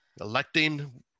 electing